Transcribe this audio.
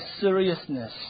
seriousness